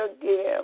again